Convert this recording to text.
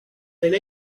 elle